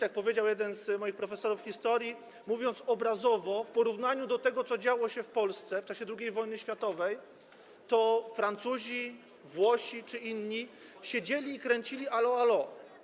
Jak powiedział jeden z moich profesorów historii, mówiąc obrazowo, w porównaniu do tego, co działo się w Polsce w czasie II wojny światowej, Francuzi, Włosi czy inni siedzieli i kręcili „’Allo ’Allo!